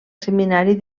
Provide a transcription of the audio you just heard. seminari